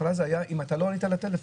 בהתחלה זה היה אם אתה לא ענית לטלפון.